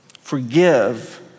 forgive